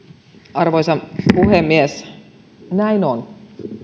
arvoisa puhemies näin on